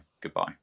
goodbye